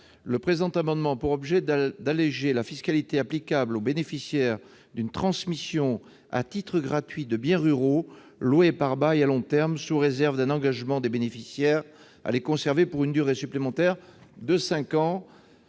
Le présent amendement a pour objet d'alléger la fiscalité applicable aux bénéficiaires d'une transmission à titre gratuit de biens ruraux loués par bail à long terme, sous réserve d'un engagement à les conserver cinq années supplémentaires au